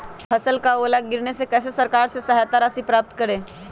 फसल का ओला गिरने से कैसे सरकार से सहायता राशि प्राप्त करें?